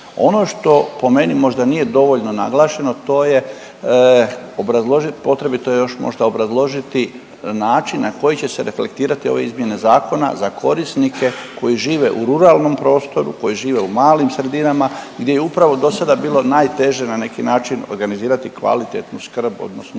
Ono što po meni možda nije dovoljno naglašeno, a to je obrazložiti potrebito još možda obrazložiti način na koji će se reflektirati ove izmjene zakona za korisnike koji žive u ruralnom prostoru, koji žive u malim sredinama, gdje je upravo do sada bilo najteže na neki način organizirati kvalitetnu skrb, odnosno